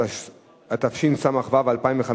התשס"ו 2005,